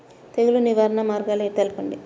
తెగులు నివారణ మార్గాలు తెలపండి?